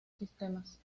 sistemas